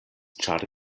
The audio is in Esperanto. ĉar